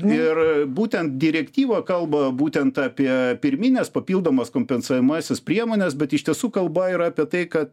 ir būtent direktyva kalba būtent apie pirmines papildomas kompensuojamąsias priemones bet iš tiesų kalba yra apie tai kad